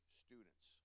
students